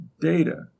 data